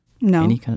No